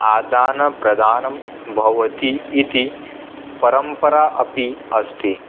आदानप्रदानं भवति इति परम्परा अपि अस्ति